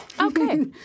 Okay